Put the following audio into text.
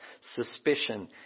suspicion